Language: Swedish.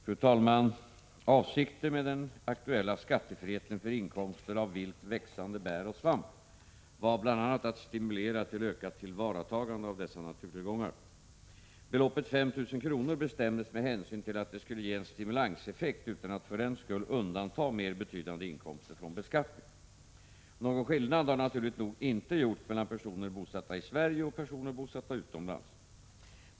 Fru talman! Avsikten med den aktuella skattefriheten för inkomster av vilt växande bär och svamp var bl.a. att stimulera till ökat tillvaratagande av ' dessa naturtillgångar. Beloppet 5 000 kr. bestämdes med hänsyn till att det skulle ge en stimulanseffekt utan att för den skull undanta mer betydande inkomster från beskattning. Någon skillnad har naturligt nog inte gjorts mellan personer bosatta i Sverige och personer bosatta utomlands.